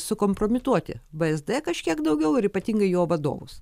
sukompromituoti vsd kažkiek daugiau ir ypatingai jo vadovus